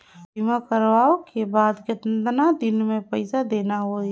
बीमा करवाओ के बाद कतना दिन मे पइसा देना हो ही?